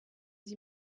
sie